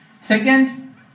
Second